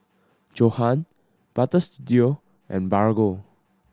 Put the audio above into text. Johan Butter Studio and Bargo